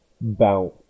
bounce